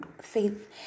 faith